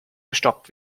gestoppt